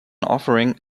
offering